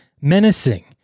menacing